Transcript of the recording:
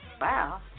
Wow